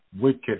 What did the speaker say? wicked